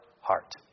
heart